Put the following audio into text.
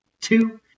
two